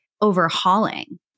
overhauling